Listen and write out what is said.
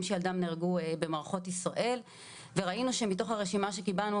שילדיהם נהרגו במערכות ישראל וראינו שמתוך הרשימה שקיבלנו